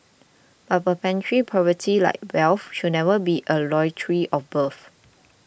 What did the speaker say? a perpetual poverty like wealth should never be a lottery of birth